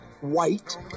white